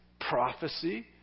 prophecy